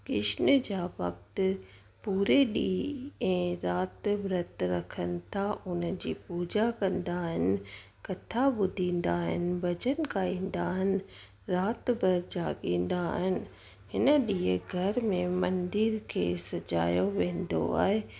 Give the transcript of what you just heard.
कृष्ण जा भक्ति पूरे ॾींहं ऐं राति विर्तु रखनि था ऐं हिन जी पूॼा कंदा आहिनि कथा ॿुधंदा आहिनि भॼन ॻाईंदा आहिनि राति भर जाॻींदा आहिनि हिन ॾींहुं घर में मंदर खे सॼायो वेंदो आहे